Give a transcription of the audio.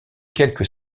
quelques